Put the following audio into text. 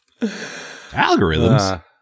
Algorithms